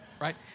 Right